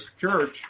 church